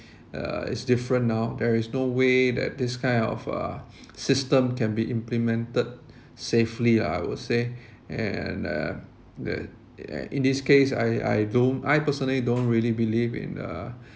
uh it's different now there is no way that this kind of uh system can be implemented safely lah I would say and uh the in this case I I don't I personally don't really believe in uh